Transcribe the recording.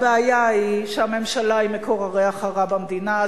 הבעיה היא שהממשלה היא מקור הריח הרע במדינה הזאת.